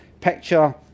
picture